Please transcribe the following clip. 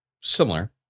similar